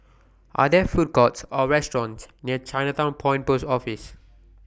Are There Food Courts Or restaurants near Chinatown Point Post Office